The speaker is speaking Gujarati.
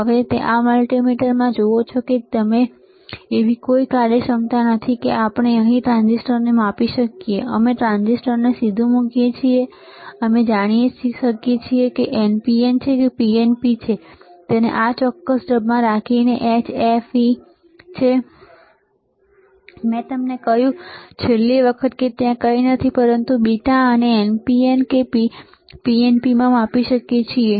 હવે તમે આ મલ્ટિમીટરમાં જુઓ છો કે તમે અહીં જુઓ છો એવી કોઈ કાર્યક્ષમતા નથી કે આપણે અહીં ટ્રાંઝિસ્ટરને માપી શકીએ છીએ અમે ટ્રાંઝિસ્ટરને સીધું મૂકી શકીએ છીએ અને જાણી શકીએ છીએ કે તે NPN છે કે PNP તેને આ ચોક્કસ ઢબમાં રાખીને જે HFE છે મેં તમને કહ્યું છેલ્લી વખત કે ત્યાં કંઈ નથી પરંતુ બીટા અને NPN છે કે PNP માપી શકીએ છીએ